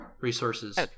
Resources